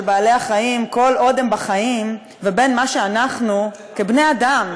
בעלי-החיים כל עוד הם בחיים לבין מה שאנחנו כבני-אדם,